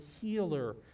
healer